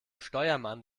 steuermann